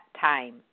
time